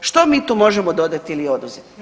Što mi tu možemo dodati ili oduzeti?